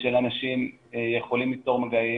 של אנשים יכולים ליצור מגעים,